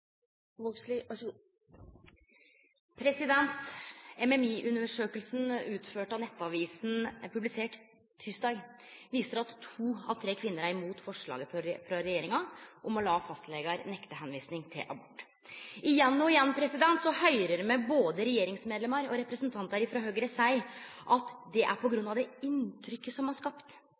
forslaget frå regjeringa om å late fastlegar nekte tilvising til abort. Igjen og igjen høyrer me både regjeringsmedlemar og representantar frå Høgre seie at det er på grunn av det inntrykket som er skapt,